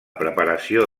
preparació